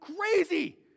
crazy